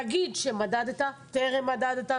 נגיד שמדדת טרם מדדת,